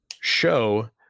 show